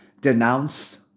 denounced